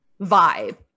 vibe